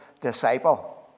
disciple